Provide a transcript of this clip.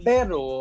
Pero